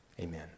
Amen